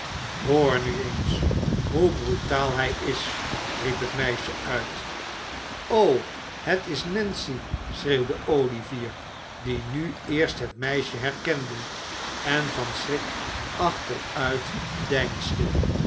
hoor nu eens hoe brutaal hij is riep het meisje uit o het is nancy schreeuwde olivier die nu eerst het meisje herkende en van schrik achteruitdeinsde